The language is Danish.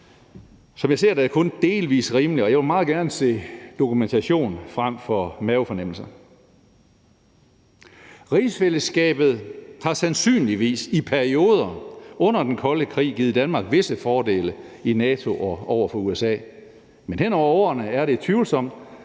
Som jeg ser det, er det kun delvis rimeligt, og jeg vil meget gerne have dokumentation frem for mavefornemmelser. Rigsfællesskabet har sandsynligvis i perioder under den kolde krig givet Danmark visse fordele i NATO og over for USA, men hen over årene er det tvivlsomt,